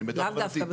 למיטב הבנתי.